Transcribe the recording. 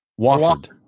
Wofford